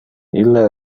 ille